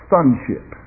Sonship